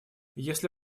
если